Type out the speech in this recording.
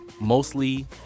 Mostly